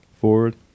Forward